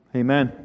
amen